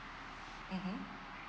mmhmm